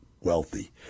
wealthy